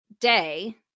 Day